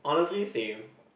honestly same